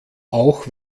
auch